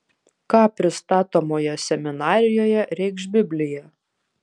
ką pristatomoje seminarijoje reikš biblija